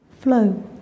Flow